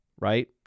right